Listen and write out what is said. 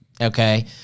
okay